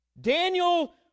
Daniel